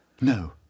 No